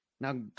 Now